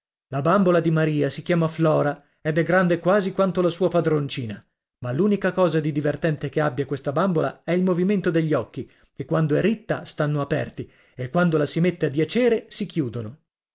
la bambola di maria si chiama flora ed è grande quasi quanto la sua padroncina ma l'unica cosa di divertente che abbia questa bambola è il movimento degli occhi che quando è ritta stanno aperti e quando la si mette a diacere si chiudono